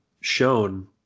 shown